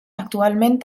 actualment